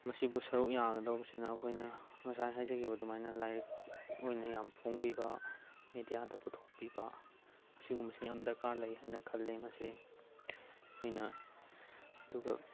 ꯃꯁꯤꯕꯨ ꯁꯔꯨꯛ ꯌꯥꯒꯗꯧꯕꯁꯤꯅ ꯑꯩꯈꯣꯏꯅ ꯉꯁꯥꯏ ꯍꯥꯏꯖꯈꯤꯕ ꯑꯗꯨꯃꯥꯏꯅ ꯂꯥꯏꯔꯤꯛ ꯑꯣꯏꯅ ꯌꯥꯝ ꯐꯣꯡꯕꯤꯕ ꯃꯦꯗꯤꯌꯥꯗ ꯄꯨꯊꯣꯛꯄꯤꯕ ꯑꯁꯤꯒꯨꯝꯕꯁꯦ ꯌꯥꯝ ꯗꯔꯀꯥꯔ ꯂꯩ ꯍꯥꯏꯅ ꯈꯜꯂꯦ ꯃꯁꯦ ꯑꯩꯈꯣꯏꯅ ꯑꯗꯨꯒ